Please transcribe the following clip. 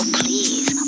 please